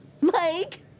mike